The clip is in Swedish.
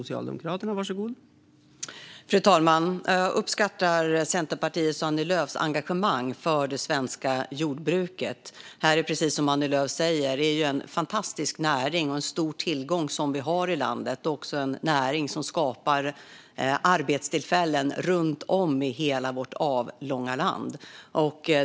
Fru talman! Jag uppskattar Centerpartiets och Annie Lööfs engagemang för det svenska jordbruket. Det är precis som Annie Lööf säger. Det är en fantastisk näring och en stor tillgång som vi har i landet. Det är också en näring som skapar arbetstillfällen runt om i hela vårt avlånga land.